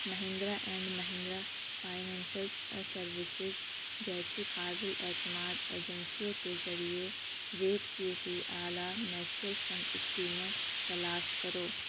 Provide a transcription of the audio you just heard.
Mahindra and Mahindra financial services جیسی قابل اعتماد ایجنسیوں کے ذریعے ریٹ کی ہوئی اعلیٰ میوچوئل فنڈ اسکیمیں تلاش کرو